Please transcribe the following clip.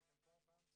הייתם פה פעם?